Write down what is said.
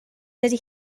dydy